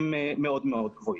הם מאוד גבוהים.